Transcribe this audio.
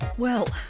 well,